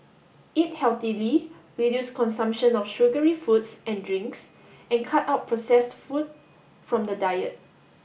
eat healthily reduce consumption of sugary foods and drinks and cut out processed food from the diet